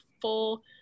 full